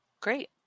Great